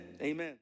Amen